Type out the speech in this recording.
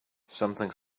something